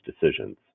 decisions